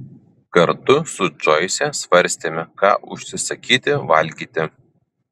kartu su džoise svarstėme ką užsisakyti valgyti